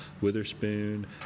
Witherspoon